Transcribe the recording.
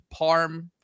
Parm